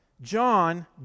John